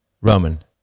Roman